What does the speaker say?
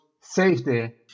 safety